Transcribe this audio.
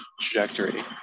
trajectory